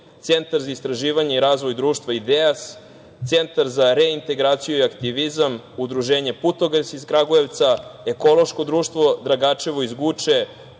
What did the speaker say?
Centar za istraživanje i razvoj društva „Ideas“, Centar za reintegraciju i aktivizam, Udruženje „Putokaz“ iz Kragujevca, Ekološko društvo „Dragačevo“ iz Guče,